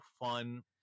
fun